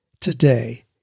today